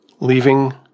leaving